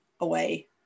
away